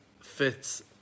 fits